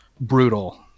Brutal